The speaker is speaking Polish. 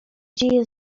dzieje